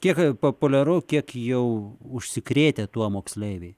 kiek populiaru kiek jau užsikrėtę tuo moksleiviai